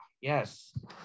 Yes